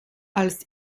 als